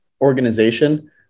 organization